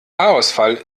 haarausfall